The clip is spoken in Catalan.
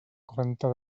quaranta